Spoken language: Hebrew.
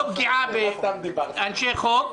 או פגיעה באנשי חוק.